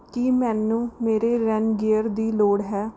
ਕੀ ਮੈਨੂੰ ਮੇਰੇ ਰੇਨਗੀਅਰ ਦੀ ਲੋੜ ਹੈ